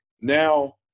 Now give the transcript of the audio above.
Now